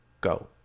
Go